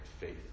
faith